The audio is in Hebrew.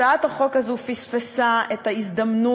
הצעת החוק הזאת פספסה את ההזדמנות,